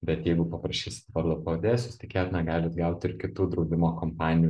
bet jeigu paprašysit vardo pavardės jūs tikėtina galit gaut ir kitų draudimo kompanijų